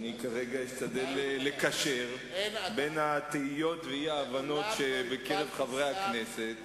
כרגע אני אשתדל לקשר בין התהיות והאי-הבנות שבקרב חברי הכנסת,